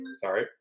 sorry